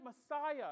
Messiah